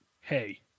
hey